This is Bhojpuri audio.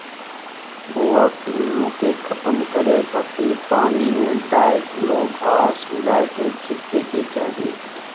भुआ पिल्लू के खतम करे खातिर पानी में डायकलोरभास मिला के छिड़के के चाही